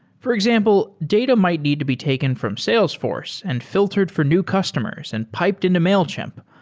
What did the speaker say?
for example, data might need to be taken from salesforce and fi ltered for new customers and piped into mailchimp,